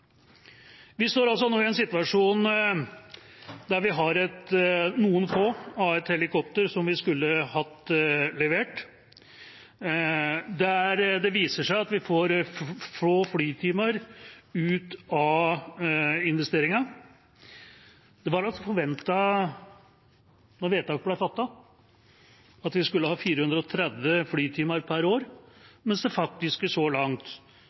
Vi står nå i en situasjon der vi har noen få av de helikoptrene som vi skulle ha fått levert, og det viser seg at vi får få flytimer ut av investeringen. Da vedtaket ble fattet, var det forventet at vi skulle ha 430 flytimer per år, mens det faktiske så langt